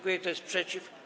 Kto jest przeciw?